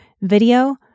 video